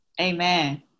Amen